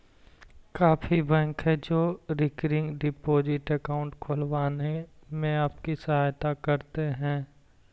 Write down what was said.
काफी बैंक हैं जो की रिकरिंग डिपॉजिट अकाउंट खुलवाने में आपकी सहायता करते हैं